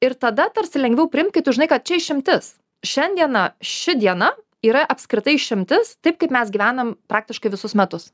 ir tada tarsi lengviau priimt kai tu žinai kad čia išimtis šiandieną ši diena yra apskritai išimtis taip kaip mes gyvenam praktiškai visus metus